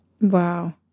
Wow